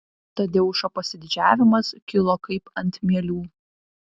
tadeušo pasididžiavimas kilo kaip ant mielių